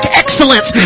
excellence